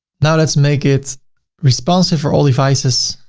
now let's make it responsive for all devices.